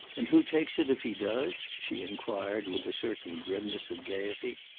and who takes it if he does? she enquired with a certain grimness of gaiety.